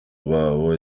babo